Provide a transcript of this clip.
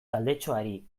taldetxoari